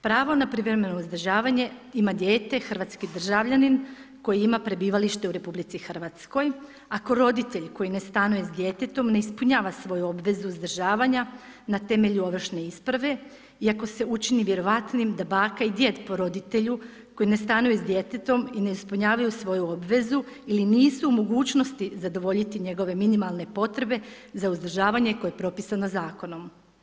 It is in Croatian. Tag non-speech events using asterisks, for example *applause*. Pravo na privremeno uzdržavanje ima dijete hrvatski državljanin koji ima prebivalište u RH, ako roditelj koji ne stanuje s djetetom ne ispunjava svoju obvezu uzdržavanja na temelju … *unintelligible* isprave, i ako se učini vjerovatnim da baka i djed po roditelju koji ne stanuje s djetetom i ne ispunjavaju svoju obvezu ili nisu u mogućnosti zadovoljiti njegove minimalne potrebe za uzdržavanje koje je propisano zakonom.